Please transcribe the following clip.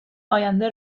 آینده